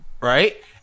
Right